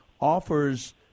offers